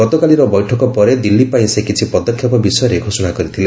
ଗତକାଲିର ବୈଠକ ପରେ ଦିଲ୍ଲୀ ପାଇଁ ସେ କିଛି ପଦକ୍ଷେପ ବିଷୟରେ ଘୋଷଣା କରିଥିଲେ